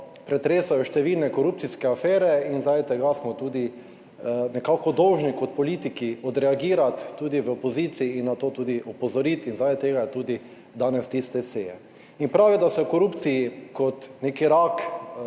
pretresajo številne korupcijske afere in zaradi tega smo tudi nekako dolžni kot politiki odreagirati tudi v opoziciji in na to tudi opozoriti. In zaradi tega je tudi danes vtis te seje. In prav je, da se o korupciji, kot nek rak